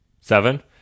Seven